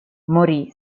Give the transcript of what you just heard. morì